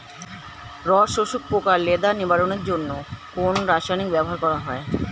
রস শোষক পোকা লেদা নিবারণের জন্য কোন রাসায়নিক ব্যবহার করা হয়?